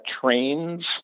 trains